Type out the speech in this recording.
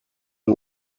the